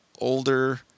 older